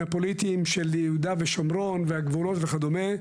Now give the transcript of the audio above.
הפוליטיים של יהודה ושומרון והגבולות וכדומה,